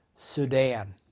Sudan